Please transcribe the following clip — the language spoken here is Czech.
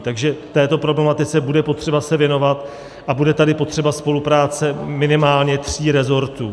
Takže této problematice bude potřeba se věnovat a bude tady potřeba spolupráce minimálně tří resortů.